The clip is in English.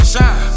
Shine